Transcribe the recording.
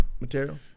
material